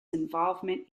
involvement